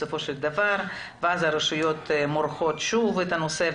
בסופו של דבר הרשויות מורחות שוב את הנושא.